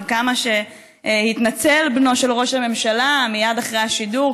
עם כמה שהתנצל בנו של ראש הממשלה מייד אחרי השידור,